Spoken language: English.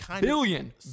Billion